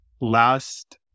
last